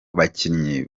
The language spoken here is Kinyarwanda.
bakinyi